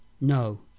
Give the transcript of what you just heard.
No